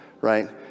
right